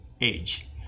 age